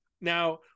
Now